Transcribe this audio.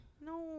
No